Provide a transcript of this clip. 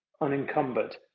unencumbered